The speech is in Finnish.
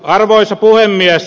arvoisa puhemies